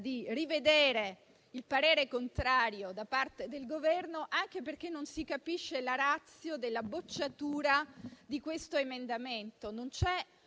rivedere il parere contrario da parte del Governo, anche perché non si capisce la *ratio* della bocciatura di questo emendamento, non c'è